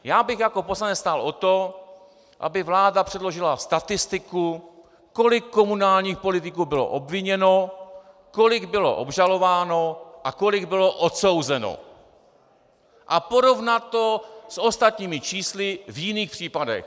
Já bych jako poslanec stál o to, aby vláda předložila statistiku, kolik komunálních politiků bylo obviněno, kolik bylo obžalováno a kolik bylo odsouzeno, a porovnat to s ostatními čísly v jiných případech.